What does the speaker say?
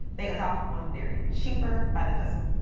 they adopted one theory, cheaper by the dozen.